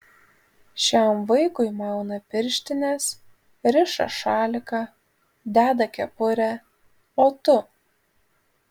šiam vaikui mauna pirštines riša šaliką deda kepurę o tu